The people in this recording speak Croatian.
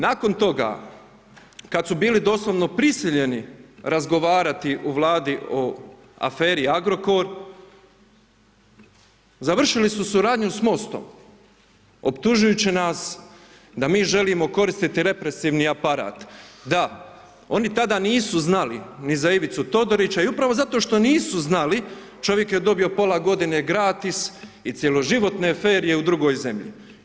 Nakon toga kad su bili doslovno prisiljeni razgovarati u Vladi o aferi Agrokor završili su suradnju sa MOST-om optužujući nas da mi želimo koristiti represivni aparat, da oni tada nisu znali ni za Ivicu Todorića i upravo zato što nisu znali čovjek je dobio pola godine gratis i cjeloživotno ferije u drugoj zemlji.